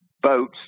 boats –